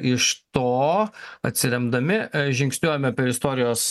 iš to atsiremdami žingsniuojame per istorijos